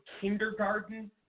kindergarten